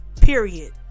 period